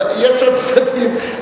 יש עוד צדדים,